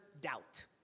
doubt